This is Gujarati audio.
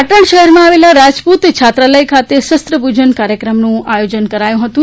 પાટણ શહેરમાં આવેલ રાજપુત છાત્રાલય ખાતે શસ્ત્ર પૂજન કાર્યક્રમનું આયોજન કરવામાં આવ્યું હતું